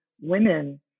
women